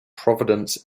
providence